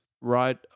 right